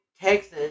Texas